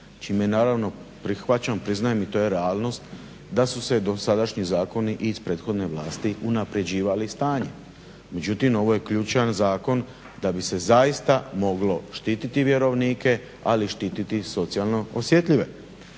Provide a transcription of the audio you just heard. čime naravno prihvaćam, priznajem i to je realnost, da su se dosadašnji zakoni iz prethodne vlasti unaprjeđivali stanjem. Međutim, ovo je ključan zakon da bi se zaista moglo štititi vjerovnike, ali i štititi socijalno osjetljive.